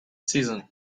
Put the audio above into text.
season